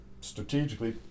strategically